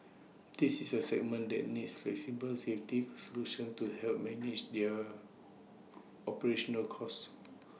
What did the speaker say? this is A segment that needs flexible safety solutions to help manage their operational costs